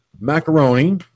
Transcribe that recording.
macaroni